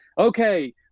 okay